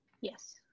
Yes